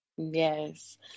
Yes